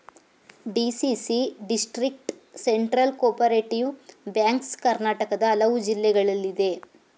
DCC district central cooperative banks ಕರ್ನಾಟಕದ ಹಲವು ಜಿಲ್ಲೆಗಳಲ್ಲಿದೆ